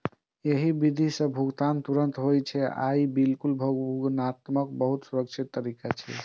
एहि विधि सं भुगतान तुरंत होइ छै आ ई बिल भुगतानक बहुत सुरक्षित तरीका छियै